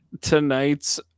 tonight's